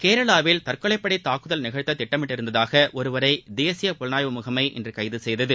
கேரளாவில் தற்கொலைப் படை தாக்குதல் நிகழ்த்த திட்டமிட்டிருந்ததாக ஒருவரை தேசிய புலனாய்வு முகமை இன்று கைது செய்தது